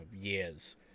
years